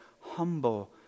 humble